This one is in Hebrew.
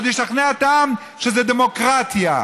עוד ישכנע את העם שזו דמוקרטיה.